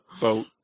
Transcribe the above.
boat